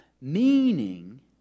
Meaning